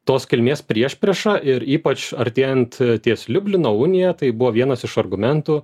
tos kilmės priešprieša ir ypač artėjant ties liublino unija tai buvo vienas iš argumentų